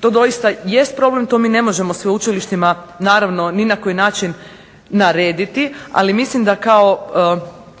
To doista jest problem, to mi ne možemo sveučilištima naravno ni na koji način narediti, ali mislim da kao